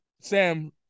Sam